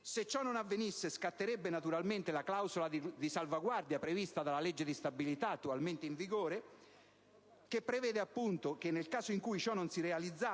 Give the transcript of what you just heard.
Se ciò non avvenisse, scatterebbe naturalmente la clausola di salvaguardia prevista dalla legge di stabilità attualmente in vigore. Essa prevede, infatti, che nel caso in cui ciò non si realizzi